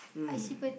um